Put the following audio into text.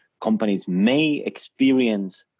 companies may experience